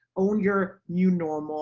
own your new normal